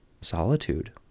solitude